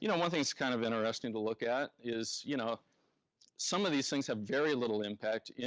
you know one thing is kind of interesting to look at is you know some of these things have very little impact.